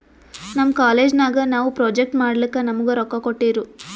ನಮ್ ಕಾಲೇಜ್ ನಾಗ್ ನಾವು ಪ್ರೊಜೆಕ್ಟ್ ಮಾಡ್ಲಕ್ ನಮುಗಾ ರೊಕ್ಕಾ ಕೋಟ್ಟಿರು